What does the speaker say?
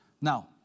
Now